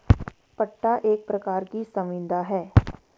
पट्टा एक प्रकार की संविदा है